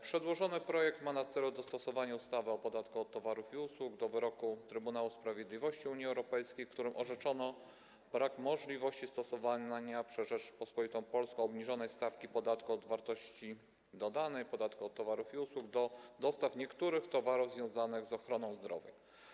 Przedłożony projekt ma na celu dostosowanie ustawy o podatku od towarów i usług do wyroku Trybunału Sprawiedliwości Unii Europejskiej, w którym orzeczono brak możliwości stosowania przez Rzeczpospolitą Polską obniżonej stawki podatku od wartości dodanej, podatku od towarów i usług, do dostaw niektórych towarów związanych z ochroną zdrowia.